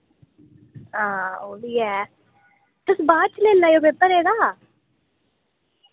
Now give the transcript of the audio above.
हां ओह् B A तुस बाद च लेई लैयो पेपर एह्दा